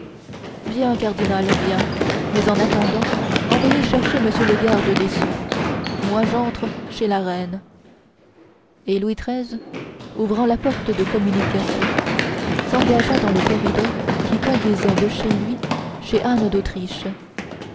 bien cardinal bien mais en attendant envoyez chercher m le garde des sceaux moi j'entre chez la reine et louis xiii ouvrant la porte de communication s'engagea dans le corridor qui conduisait de chez lui chez anne d'autriche